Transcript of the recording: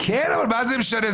כן, אבל מה זה משנה?